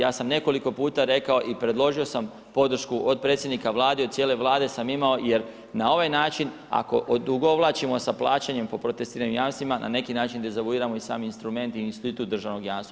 Ja sam nekoliko puta rekao i predložio sam podršku od predsjednika Vlade i od cijele Vlade sam imao jer na ovaj način ako odugovlačimo sa plaćanjem po protestiranim jamstvima na neki način dezavuiramo i sam instrument i institut državnog jamstva.